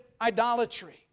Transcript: idolatry